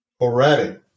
already